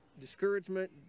discouragement